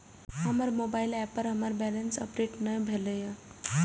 हमर mobile app पर हमर बैलेंस अपडेट ने भेल या